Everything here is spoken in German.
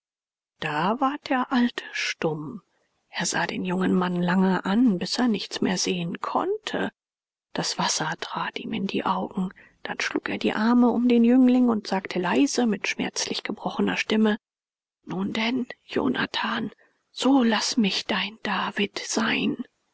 da ward der alte stumm er sah den jungen mann lange an bis er nichts mehr sehen konnte das wasser trat ihm in die augen dann schlug er die arme um den jüngling und sagte leise mit schmerzlich gebrochener stimme nun denn jonathan so laß mich dein david sein